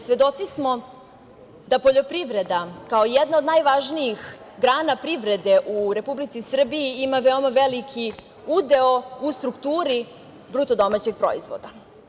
Svedoci smo da poljoprivreda, kao jedna od najvažnijih grana privrede u Republici Srbiji, ima veoma veliki udeo u strukturi BDP.